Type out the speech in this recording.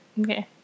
Okay